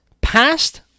past